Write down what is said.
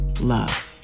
love